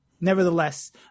nevertheless